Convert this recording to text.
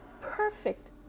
perfect